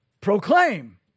proclaim